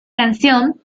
canción